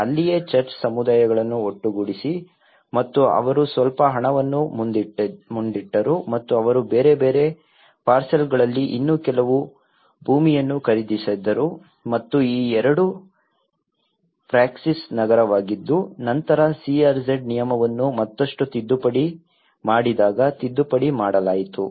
ಅಲ್ಲಿಯೇ ಚರ್ಚ್ ಸಮುದಾಯಗಳನ್ನು ಒಟ್ಟುಗೂಡಿಸಿದೆ ಮತ್ತು ಅವರು ಸ್ವಲ್ಪ ಹಣವನ್ನು ಮುಂದಿಟ್ಟರು ಮತ್ತು ಅವರು ಬೇರೆ ಬೇರೆ ಪಾರ್ಸೆಲ್ಗಳಲ್ಲಿ ಇನ್ನೂ ಕೆಲವು ಭೂಮಿಯನ್ನು ಖರೀದಿಸಿದರು ಮತ್ತು ಈ ಎರಡು ಪ್ರಾಕ್ಸಿಸ್ ನಗರವಾಗಿದ್ದು ನಂತರ CRZ ನಿಯಮವನ್ನು ಮತ್ತಷ್ಟು ತಿದ್ದುಪಡಿ ಮಾಡಿದಾಗ ತಿದ್ದುಪಡಿ ಮಾಡಲಾಯಿತು